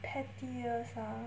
pettiest ah